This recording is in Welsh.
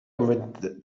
gymryd